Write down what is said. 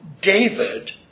David